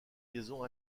liaison